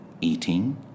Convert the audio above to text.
eating